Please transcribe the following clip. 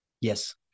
yes